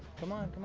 come on.